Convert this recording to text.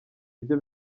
byo